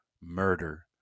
murder